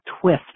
twist